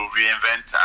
reinvent